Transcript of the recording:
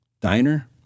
Diner